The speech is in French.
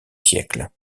siècle